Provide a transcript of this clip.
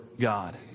God